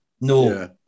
No